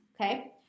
okay